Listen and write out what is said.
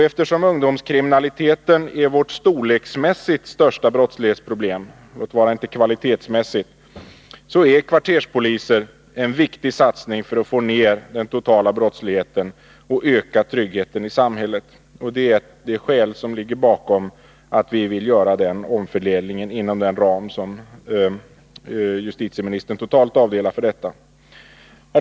Eftersom ungdomskriminaliteten är vårt storleksmässigt största brottslighetsproblem — låt vara inte kvalitetsmässigt — är kvarterspoliser en viktig satsning för att få ner den totala brottsligheten och öka tryggheten i samhället. Det är det skäl som ligger bakom vårt önskemål om en omfördelning inom den ram som justitieministern totalt avdelar.